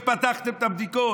איך פתחתם את הבדיקות?